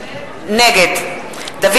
נגד דוד